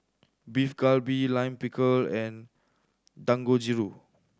Beef Galbi Lime Pickle and Dangojiru